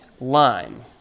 line